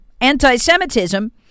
anti-Semitism